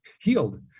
healed